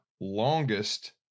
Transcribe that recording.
longest